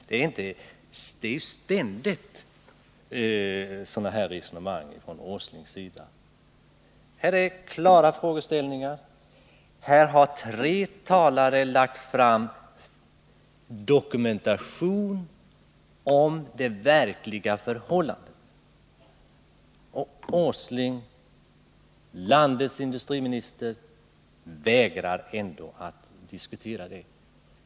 Vi får ständigt höra sådana resonemang från Nils Åsling. Här föreligger klara frågeställningar — tre talare har lagt fram dokumentation om det verkliga förhållandet. Nils Åsling, landets industriminister, vägrar ändå att diskutera läget.